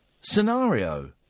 scenario